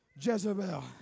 Jezebel